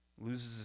Loses